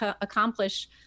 accomplish